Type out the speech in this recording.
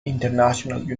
international